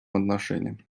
отношении